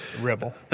Rebel